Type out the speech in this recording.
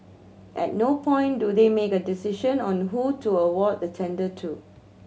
at no point do they make a decision on who to award the tender to